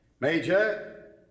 Major